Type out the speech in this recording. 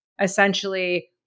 Essentially